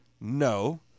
No